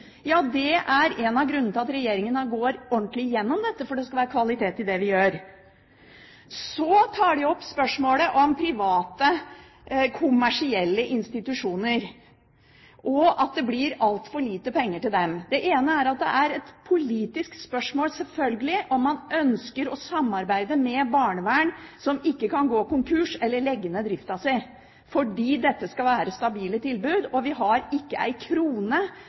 Ja, det er én av grunnene til at regjeringen går ordentlig igjennom dette, for det skal være kvalitet i det vi gjør. Så tar hun opp spørsmålet om private kommersielle institusjoner, at det blir altfor lite penger til dem. Det ene er at det er et politisk spørsmål, selvfølgelig, om man ønsker å samarbeide med et barnevern som ikke kan gå konkurs eller legge ned drifta si. Dette skal være stabile tilbud, og vi har ikke én krone